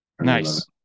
Nice